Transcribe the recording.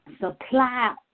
supply